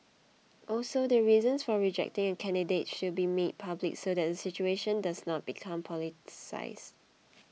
also the reasons for rejecting a candidate should be made public so that the situation does not become politicised